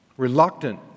Reluctant